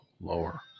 lower